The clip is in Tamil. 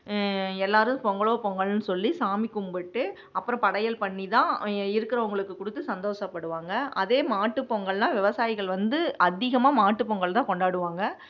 எல்லோரும் பொங்கலோ பொங்கலோன்னு சொல்லி சாமி கும்பிட்டு அப்பறம் படையல் பண்ணித்தான் இருக்கிறவங்களுக்கு கொடுத்து சந்தோஷப்படுவாங்க அதே மாட்டு பொங்கல்னால் விவசாயிகள் வந்து அதிகமாக மாட்டு பொங்கல்தான் கொண்டாடுவாங்க